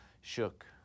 Shook